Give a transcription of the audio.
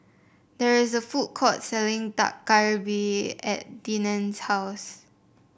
there is a food court selling Dak Galbi at Deneen's house